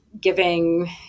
giving